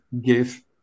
give